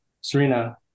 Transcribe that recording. Serena